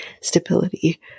stability